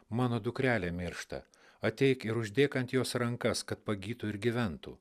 mano dukrelė miršta ateik ir uždėk ant jos rankas kad pagytų ir gyventų